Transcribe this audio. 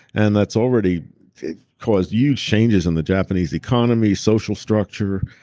and that's already caused huge changes in the japanese economy social structure.